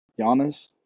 Giannis